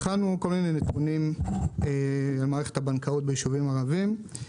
בחנו כל מיני נתונים על מערכת הבנקאות בישובים הערביים.